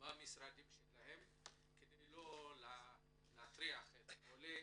אותו למשרדים שלהם כדי לא להטריח את העולה